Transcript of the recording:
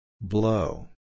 Blow